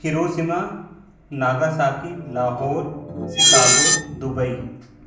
Hiroshima Nagasaki Lahore Chicago Dubai